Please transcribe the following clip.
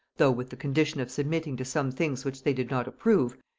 though with the condition of submitting to some things which they did not approve,